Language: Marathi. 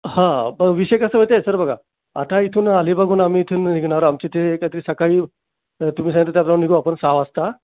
हां पण विषय कसा होते सर बघा आता इथून अलिबागहून आम्ही इथून निघणार आमची ते काहीतरी सकाळी तुम्ही सांगितलं त्याप्रमाणे निघू आपण सहा वाजता